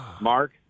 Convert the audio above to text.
Mark